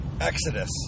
exodus